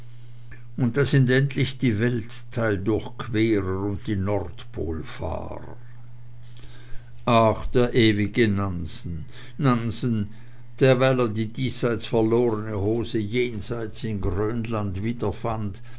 und da sind endlich die weltteildurchquerer und die nordpolfahrer ach der ewige nansen nansen der weil er die diesseits verlorene hose jenseits in grönland wiederfand